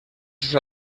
sus